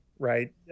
Right